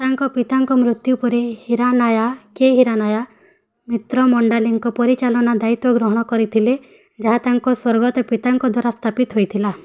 ତାଙ୍କ ପିତାଙ୍କ ମୃତ୍ୟୁ ପରେ ହିରାନାୟା କେ ହିରାନାୟା ମିତ୍ର ମଣ୍ଡାଲିଙ୍କ ପରିଚାଳନା ଦାୟିତ୍ୱ ଗ୍ରହଣ କରିଥିଲେ ଯାହା ତାଙ୍କ ସ୍ୱର୍ଗତ ପିତାଙ୍କ ଦ୍ୱାରା ସ୍ଥାପିତ ହୋଇଥିଲା